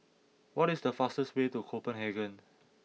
what is the fastest way to Copenhagen